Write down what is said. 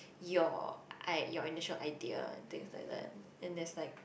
your I your initial idea and things like that and there's like